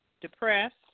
depressed